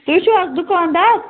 تُہۍ چھُو حظ دُکان دار